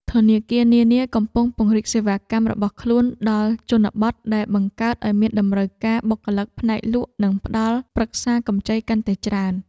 ធនាគារនានាកំពុងពង្រីកសេវាកម្មរបស់ខ្លួនដល់ជនបទដែលបង្កើតឱ្យមានតម្រូវការបុគ្គលិកផ្នែកលក់និងផ្តល់ប្រឹក្សាកម្ចីកាន់តែច្រើន។